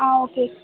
ஆ okay